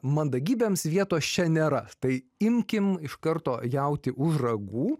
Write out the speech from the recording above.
mandagybėms vietos čia nėra tai imkim iš karto jautį už ragų